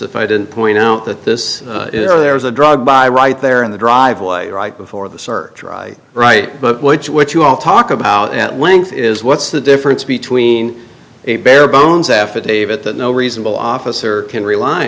if i didn't point out that this there was a drug buy right there in the driveway right before the surgery right but which which you all talk about at length is what's the difference between a bare bones affidavit that no reasonable officer can rely